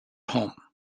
home